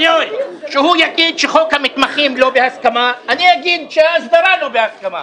כשהוא יגיד שחוק המתמחים לא בהסכמה אני אגיד שההסדרה לא בהסכמה.